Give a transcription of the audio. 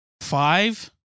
five